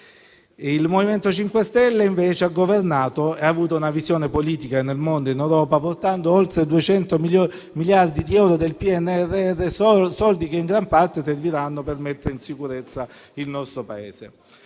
Il MoVimento 5 Stelle, invece, ha governato e ha avuto una visione politica nel mondo e in Europa, portando oltre 200 miliardi di euro del PNRR, risorse che in gran parte serviranno per mettere in sicurezza il nostro Paese.